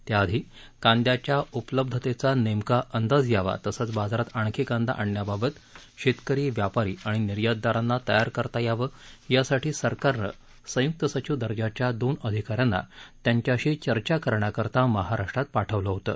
त्याआधी कांद्याच्या उपलब्धतेचा नेमका अंदाज यावा तसंच बाजारात आणखी कांदा आणण्याबाबत शेतकरी व्यापारी आणि निर्यातदारांना तयार करता यावं यासाठी सरकारनं संयुक्त सचिव दर्जाच्या दोन अधिका यांना त्यांच्याशी चर्चा करण्याकरता महाराष्ट्रात पाठवलं होतं